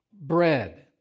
Bread